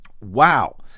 Wow